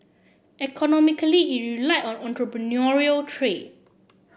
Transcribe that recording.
economically it relied on entrepreneurial trade